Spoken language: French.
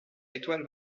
étoile